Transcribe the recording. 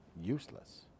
useless